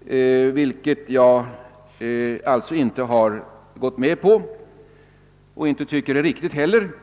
Det har inte jag kunnat gå med på, och jag tycker inte heller att det är riktigt.